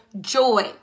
joy